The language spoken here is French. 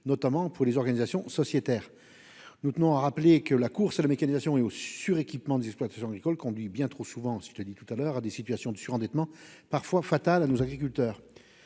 notamment pour les organisations sociétaire. Nous tenons à rappeler que la course c'est la mécanisation et sur équipement des exploitations agricoles conduit bien trop souvent si je te dis tout à l'heure à des situations de surendettement parfois fatale à nos agriculteurs.